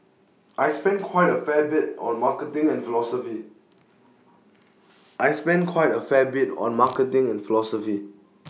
I spend quite A fair bit on marketing and philosophy I spend quite A fair bit on marketing and philosophy